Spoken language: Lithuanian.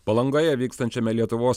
palangoje vykstančiame lietuvos